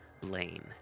Blaine